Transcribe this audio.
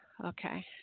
Okay